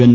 N